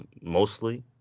mostly